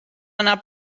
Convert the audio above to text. anar